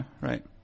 right